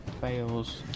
fails